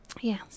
Yes